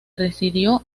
residió